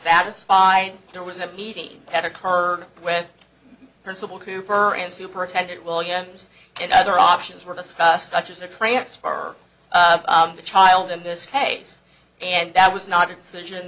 satisfied there was a meeting had occurred with principal cooper and superintendent williams and other options were discussed such as the transfer of the child in this case and that was not